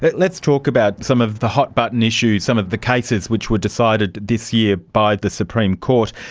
but let's talk about some of the hot button issues, some of the cases which were decided this year by the supreme court.